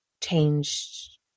changed